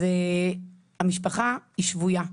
אז המשפחה היא שבויה.